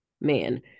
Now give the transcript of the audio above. man